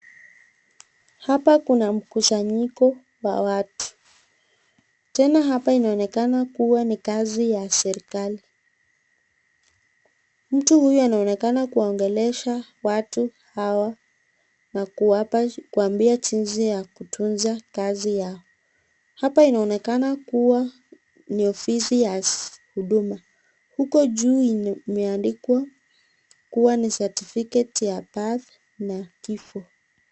Hapa kuna mkusanyiko wa watu. Tena hapa inaonekana kuwa ni kazi ya serikali. Mtu huyu anaonekana kuongelesha watu hawa kuwapa kuambia jinsi ya kutunza kazi yao. Hapa inaonekana kuwa ni ofisi ya huduma. Huko juu imeandikwa kuwa ni certificate ya birth na kifo.